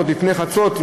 עוד לפני חצות,